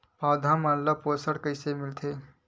पौधा मन ला पोषण कइसे मिलथे?